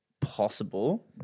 possible